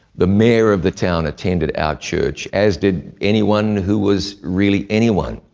the mayor of the town attended our church, as did anyone who was really anyone.